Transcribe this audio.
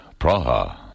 Praha